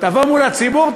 תבוא לציבור,